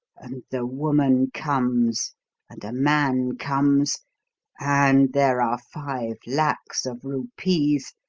the woman comes and a man comes and there are five lacs of rupees!